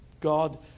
God